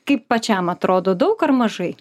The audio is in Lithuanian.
kaip pačiam atrodo daug ar mažai